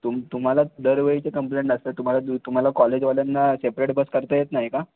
तुम तुम्हाला दरवेळीची कंप्लेंट असते तुम्हाला तुम्हाला कॉलेजवाल्यांना सेपरेट बस करता येत नाही का